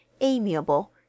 amiable